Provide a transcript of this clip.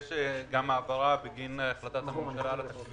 יש גם העברה בגין החלטת הממשלה על הסכמים